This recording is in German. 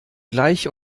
gleich